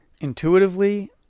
intuitively